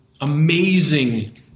amazing